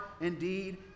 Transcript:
indeed